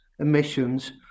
emissions